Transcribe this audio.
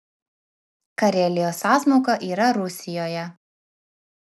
karelijos sąsmauka yra rusijoje